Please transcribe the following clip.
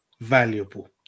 Valuable